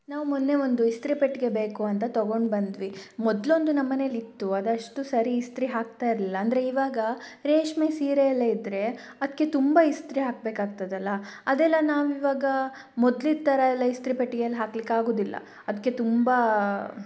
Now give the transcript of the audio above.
ನಾವು ಮೊನ್ನೆ ಒಂದು ಇಸ್ತ್ರಿಪೆಟ್ಟಿಗೆ ಬೇಕು ಅಂತ ತಗೊಂಡು ಬಂದ್ವಿ ಮೊದಲೊಂದು ನಮ್ಮ ಮನೇಲಿತ್ತು ಅದಷ್ಟು ಸರಿ ಇಸ್ತ್ರಿ ಹಾಕ್ತಾ ಇರಲಿಲ್ಲ ಅಂದರೆ ಇವಾಗ ರೇಷ್ಮೆ ಸೀರೆಯೆಲ್ಲ ಇದ್ದರೆ ಅದಕ್ಕೆ ತುಂಬ ಇಸ್ತ್ರಿ ಹಾಕಬೇಕಾಗ್ತದಲ್ಲ ಅದೆಲ್ಲ ನಾವು ಇವಾಗ ಮೊದ್ಲಿದ್ದ ಥರ ಎಲ್ಲ ಇಸ್ತ್ರಿಪೆಟ್ಟಿಗೆಯಲ್ಲಿ ಹಾಕ್ಲಿಕ್ಕೆ ಆಗೋದಿಲ್ಲ ಅದಕ್ಕೆ ತುಂಬ